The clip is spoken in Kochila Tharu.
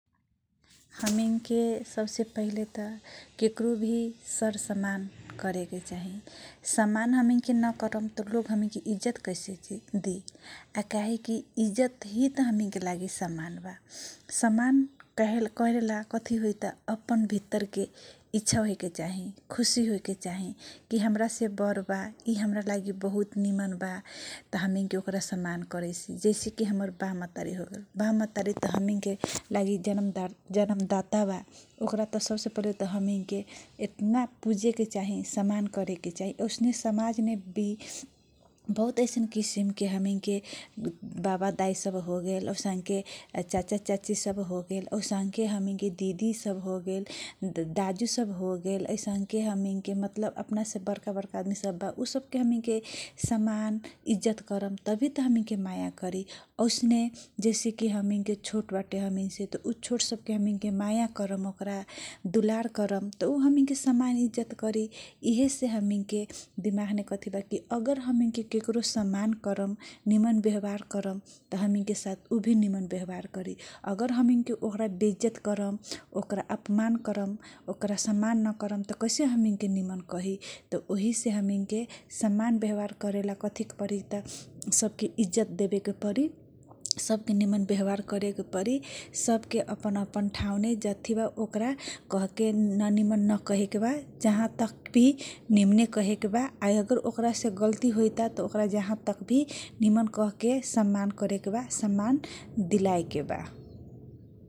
हामी के सबसे पहिले त केक्रोभि सरसमान गरेके चाहिँ समान हमिंग के नकरम त हामी के इज्जत कैसे दि काहेकी इज्जत हामी के लागि समान बा समान करेला कथी होइके त अपन भित्र के इच्छा हो के चाहि खुसी कि हाम्रा से बर्के बा यी हाम्रा लागि निमन बा त हामी के ओकारा जैसे कि हमर बाप मतारी हामी के जन्मदाता बा ओकारा सबसे पहिले त हामी के समान गरेकै चाहिँ औसान के समाज मे बहुत ऐसन किसिमके बाबा दाई सबबा औसांख्य चर्चा चाची सब बा असंख्य हामी के दिदी सब हो गेल दाजु सब होगेल। मतलब हामी के बरका बर्खा आदि सबके हमिङ के समान इज्जत करम तभी त हमिङके माया करी औसन के जैसेकी हमिङ के छोटाबा उ छोट सबके हामी के माया करम ओकारा दुलार करम उ हमिङके समान इज्जत करि हामीन के दिमाग मे कथिबा अगर हामी के के करो समान करम निमन व्यवहार करम सायद हामी के ऊ व्यवहार करि अगर हामी के ओकरा बेइज्जत करम अपमान करम ओकरा समान नकरम त कैसे हमिङके निमन कही त उहीसे हमके समान व्यवहार करेला कथी गरे के परी सबके इज्जत देवेके परी सबके निमन व्यवहार करेके परी सब के अपन अपन ठाउँ मे जति बा ओकारा कहेके नानी मन ना कहे के बा जहाँ तक भी निमन कहे के बा अगर हाम्रा से गल्ती होइता त जहाँ तक भी निमन कहेके समान करेके बा सामान दिलाई केबा न।